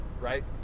right